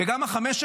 גם החמש,